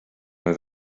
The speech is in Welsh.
oedd